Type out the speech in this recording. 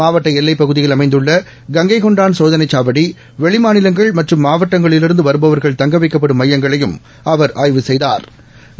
மாவட்ட எல்லைப்பகுதியில் அமைந்துள்ள கங்கைகொண்டான் சோதனை சாவடி வெளி மாநிலங்கள் மற்றும் மாவட்டங்களிலிருந்து வருபவா்கள் தங்க வைக்கப்படும் மையங்களையும் அவா் ஆய்வு செய்தாா்